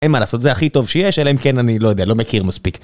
אין מה לעשות, זה הכי טוב שיש, אלא אם כן אני לא יודע, לא מכיר מספיק.